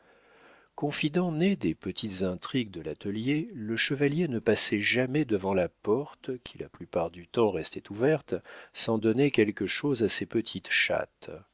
confident né des petites intrigues de l'atelier le chevalier ne passait jamais devant la porte qui la plupart du temps restait ouverte sans donner quelque chose à ses petites chattes